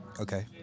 Okay